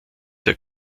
der